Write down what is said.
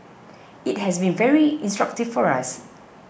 it has been very instructive for us